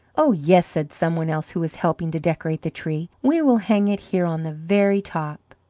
oh, yes, said some one else who was helping to decorate the tree we will hang it here on the very top.